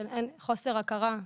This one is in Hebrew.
של חוסר הכרה.